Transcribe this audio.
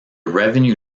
revenue